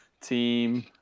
team